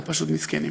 פשוט למסכנים.